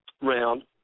round